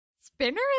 Spinner